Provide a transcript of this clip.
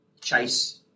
Chase